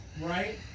right